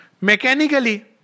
mechanically